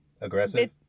aggressive